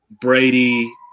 Brady